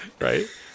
Right